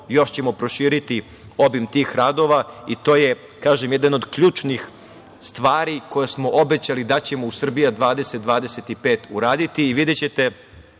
još ćemo proširiti obim tih radova i to je jedna od ključnih stvari koju smo obećali da ćemo u „Srbija 2025“ uraditi i, videćete,